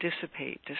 dissipate